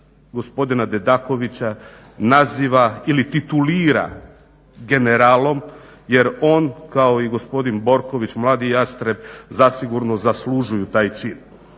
gospodina Dedakovića naziva ili titulira generalom jer on kao i gospodin Borković mladi Jastreb zasigurno zaslužuju taj čin.